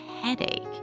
headache